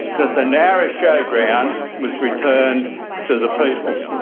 that the nowra showground was returned to the people.